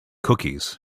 cookies